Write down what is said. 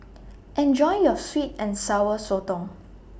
Enjoy your Sweet and Sour Sotong